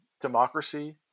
democracy